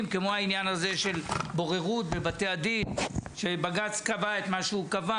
כמו העניין הזה של בוררות בבתי הדין שבג"צ קבע את מה שהוא קבע,